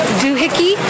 doohickey